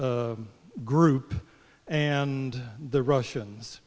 group and the russians